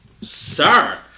Sir